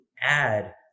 add